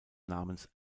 namens